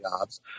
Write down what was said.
jobs